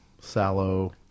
sallow